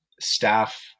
staff